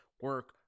Work